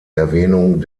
erwähnung